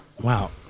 wow